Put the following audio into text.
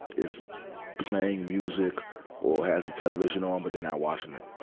is playing music or has the television on, but they not watching it?